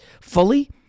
fully